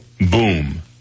boom